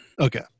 Okay